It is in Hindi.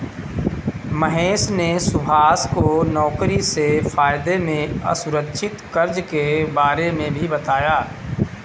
महेश ने सुभाष को नौकरी से फायदे में असुरक्षित कर्ज के बारे में भी बताया